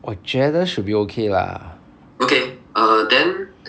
我觉得 should be okay lah okay err then